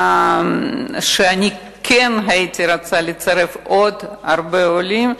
אם כן הייתי רוצה לצרף עוד הרבה עולים,